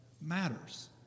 matters